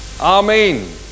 Amen